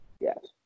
Yes